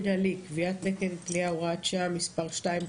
מנהלי)(קביעת תקן כליאה) (הוראת שעה) (מס' 2),